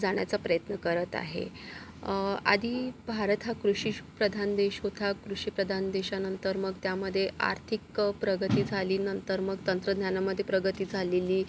जाण्याचा प्रयत्न करत आहे आधी भारत हा कृषीप्रधान देश होता कृषीप्रधान देशानंतर मग त्यामध्ये आर्थिक प्रगती झाली नंतर मग तंत्रज्ञानामध्ये प्रगती झालेली